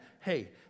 Hey